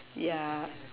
yeah